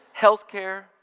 healthcare